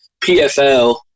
PFL